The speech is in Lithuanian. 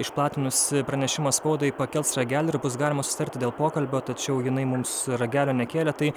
išplatinusi pranešimą spaudai pakels ragelį ir bus galima susitarti dėl pokalbio tačiau jinai mums ragelio nekėlė tai